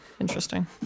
Interesting